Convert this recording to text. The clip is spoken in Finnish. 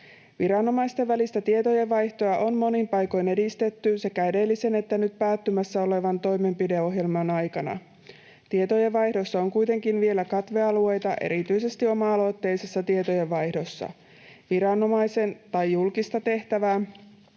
Viranomaisten välistä tietojenvaihtoa on monin paikoin edistetty sekä edellisen että nyt päättymässä olevan toimenpideohjelman aikana. Tietojenvaihdossa on kuitenkin vielä katvealueita erityisesti oma-aloitteisessa tietojenvaihdossa. Viranomaisen tai julkista tehtävää